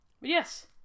Yes